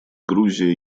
грузия